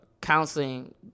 counseling